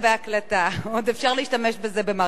בבקשה, חברת הכנסת קירשנבאום, לרשותך שלוש דקות.